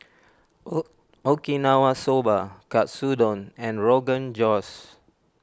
Okinawa Soba Katsudon and Rogan Josh